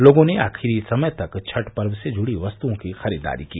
लोगों ने आखिरी समय तक छठ पर्व से जुड़ी वस्तुओं की खरीददारी की